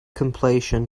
completion